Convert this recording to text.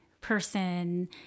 person